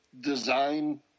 design